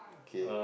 okay